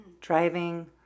driving